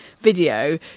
video